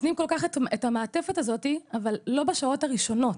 נותנים את המעטפת הזו אבל לא בשעות הראשונות.